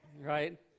Right